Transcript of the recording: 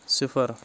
صِفر